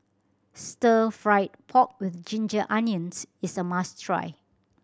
Stir Fry pork with ginger onions is a must try